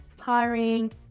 hiring